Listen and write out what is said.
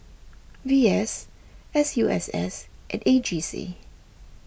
V S S U S S and A G C